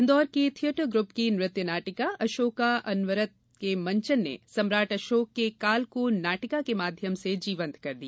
इन्दौर के theatre group की नृत्य नाटिका अशोका अनवरत के मंचन ने सम्राट अषोक के काल को नाटिका के माध्यम से जीवंत कर दिया